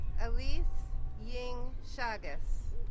elise ying chagas